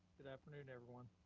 good afternoon, everyone.